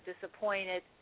disappointed